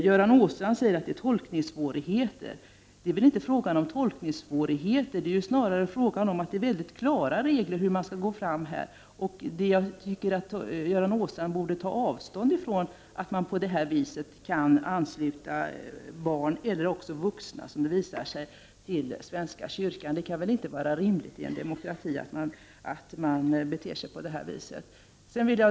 Göran Åstrand säger att det föreligger tolkningssvårigheter, men det gör det väl inte — det är ju snarare fråga om klara regler för hur man skall gå fram. Jag tycker att Göran Åstrand borde ta avstånd från att man på det här viset kan ansluta barn och, som det visat sig, även vuxna till svenska kyrkan utan deras vetskap. Det kan väl inte vara rimligt att bete sig på det här sättet i en demokrati.